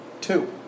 two